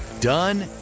done